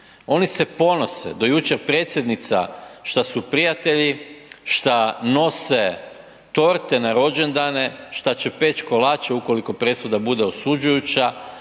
oni se ponose. Do jučer predsjednica šta su prijatelji, šta nose torte na rođendane, šta će peć kolače ukoliko presuda bude osuđujuća,